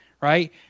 right